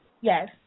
Yes